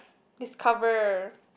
discover